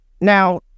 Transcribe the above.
now